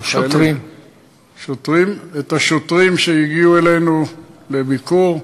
את השוטרים שהגיעו אלינו לביקור.